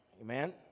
Amen